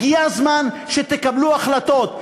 הגיע הזמן שתקבלו החלטות.